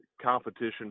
competition